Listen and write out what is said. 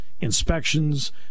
inspections